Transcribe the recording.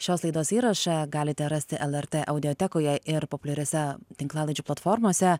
šios laidos įrašą galite rasti lrt audiotekoje ir populiariose tinklalaidžių platformose